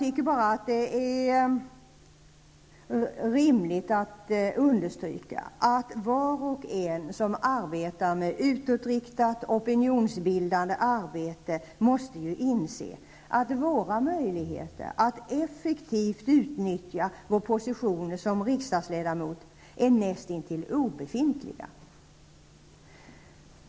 Det är rimligt att understryka att var och en som arbetar med utåtriktat, opinionsbildande arbete måste inse att våra möjligheter att effektivt utnyttja positionen som riksdagsledamot är näst intill obefintliga.